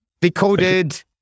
Decoded